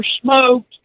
smoked